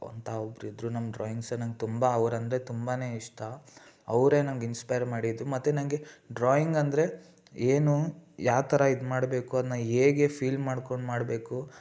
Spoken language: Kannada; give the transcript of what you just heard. ಅಂತ ಒಬ್ರಿದ್ರು ನಮ್ಮ ಡ್ರಾಯಿಂಗ್ ಸರ್ ನಂಗೆ ತುಂಬ ಅವರೆಂದ್ರೆ ತುಂಬನೇ ಇಷ್ಟ ಅವರೇ ನಂಗೆ ಇನ್ಸ್ಪೈರ್ ಮಾಡಿದ್ದು ಮತ್ತೆ ನಂಗೆ ಡ್ರಾಯಿಂಗಂದ್ರೆ ಏನು ಯಾವ ಥರ ಇದು ಮಾಡಬೇಕು ಅದ್ನ ಹೇಗೆ ಫೀಲ್ ಮಾಡ್ಕೊಂಡು ಮಾಡಬೇಕು